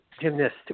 gymnast